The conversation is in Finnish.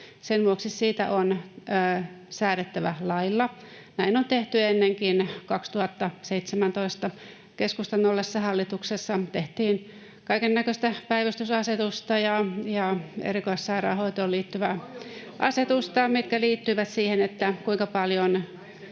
sen vuoksi siitä on säädettävä lailla. Näin on tehty ennenkin: 2017 keskustan ollessa hallituksessa tehtiin kaikennäköistä päivystysasetusta ja erikoissairaanhoitoon liittyvää asetusta, [Antti Kurvinen: Valiokuntasekoilua